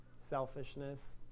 selfishness